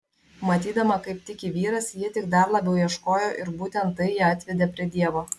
matydama kaip tiki vyras ji tik dar labiau ieškojo ir būtent tai ją atvedė prie dievo